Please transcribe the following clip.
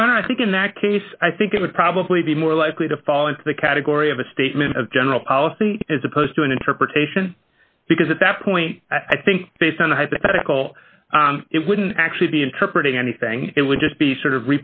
think in that case i think it would probably be more likely to fall into the category of a statement of general policy as opposed to an interpretation because at that point i think based on the hypothetical it wouldn't actually be interpreted anything it would just be sort of